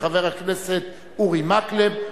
של חבר הכנסת אורי מקלב.